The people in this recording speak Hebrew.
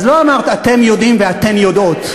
לא אמרת "אתם יודעים ואתן יודעות".